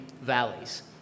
valleys